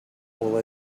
will